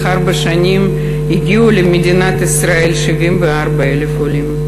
ארבע שנים הגיעו למדינת ישראל 74,000 עולים.